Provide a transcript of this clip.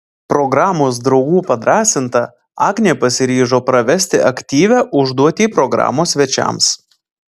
programos draugų padrąsinta agnė pasiryžo pravesti aktyvią užduotį programos svečiams